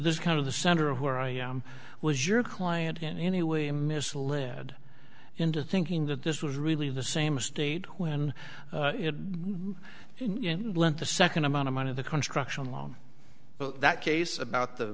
is kind of the center of where i am was your client in any way misled into thinking that this was really the same state when it you know the second amount of money the construction loan that case about the